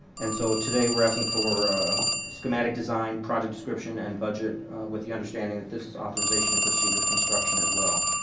and so today we are asking for ah schematic design project description and budget with the understanding that this is authorization to proceed with construction as well.